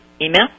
email